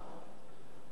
סער,